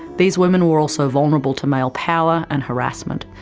these women were also vulnerable to male power and harassment,